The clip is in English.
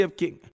king